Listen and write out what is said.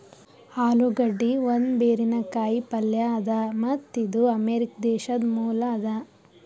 ಆಲೂಗಡ್ಡಿ ಒಂದ್ ಬೇರಿನ ಕಾಯಿ ಪಲ್ಯ ಅದಾ ಮತ್ತ್ ಇದು ಅಮೆರಿಕಾ ದೇಶದ್ ಮೂಲ ಅದಾ